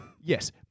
Yes